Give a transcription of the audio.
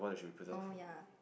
oh ya